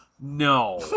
No